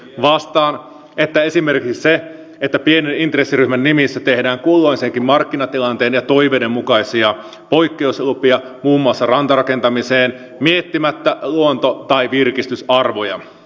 vastaan että esimerkiksi se että pienen intressiryhmän nimissä tehdään kulloisenkin markkinatilanteen ja toiveiden mukaisia poikkeuslupia muun muassa rantarakentamiseen miettimättä luonto tai virkistysarvoja